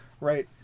Right